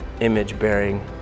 image-bearing